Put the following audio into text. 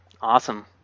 Awesome